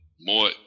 more